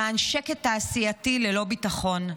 למען שקט תעשייתי ללא ביטחון.